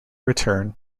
return